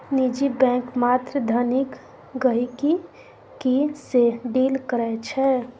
निजी बैंक मात्र धनिक गहिंकी सँ डील करै छै